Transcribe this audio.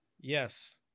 yes